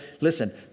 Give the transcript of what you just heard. Listen